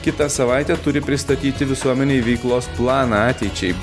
kitą savaitę turi pristatyti visuomenei veiklos planą ateičiai